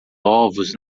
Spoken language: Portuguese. ovos